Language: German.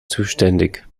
zuständig